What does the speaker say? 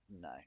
no